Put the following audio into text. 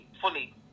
fully